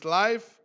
life